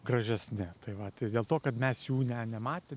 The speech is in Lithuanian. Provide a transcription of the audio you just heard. gražesni tai va tai dėl to kad mes jų ne nematę